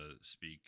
speak